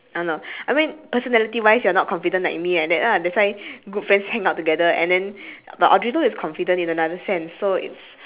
uh no I mean personality wise you're not confident like me like that ah that's why good friends hang out together and then but audrey loh is confident in another sense so it's